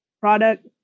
product